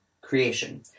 creation